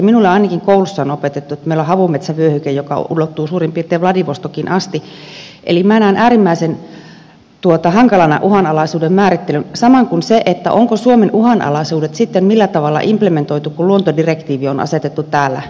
minulle ainakin koulussa on opetettu että meillä on havumetsävyöhyke joka ulottuu suurin piirtein vladivostokiin asti eli minä näen äärimmäisen hankalana uhanalaisuuden määrittelyn samoin kuin sen millä tavalla suomen uhanalaisuudet on sitten implementoitu kun luontodirektiivi on asetettu täällä